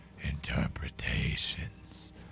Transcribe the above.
interpretations